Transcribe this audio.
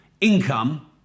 income